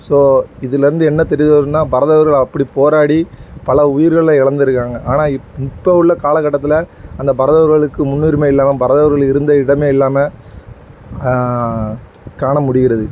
so இதுலேர்ந்து என்ன தெரிய வருதுன்னா பரதவர்கள் அப்படி போராடி பல உயிர்கள இழந்துருக்காங்க ஆனால் இப்போ உள்ள காலக்கட்டத்தில் அந்த பரதவர்களுக்கு முன்னுரிமை இல்லாமல் பரதவர்கள் இருந்த இடம் இல்லாமல் காண முடிகிறது